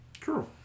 True